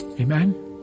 Amen